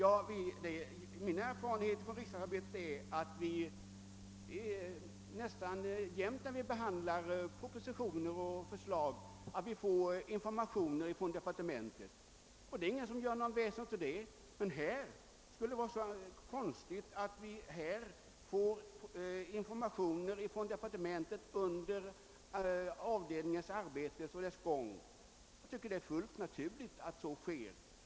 Min erfarenhet från riksdagsarbetet är att vi nästan alltid, när vi behandlar propositioner, får informationer från departementet. Det är ingen som gör något väsen av det. Men i detta fall skulle det vara så konstigt, att vi får informationer från departementet under avdelningens arbete. Jag tycker att det är fullt naturligt att så sker.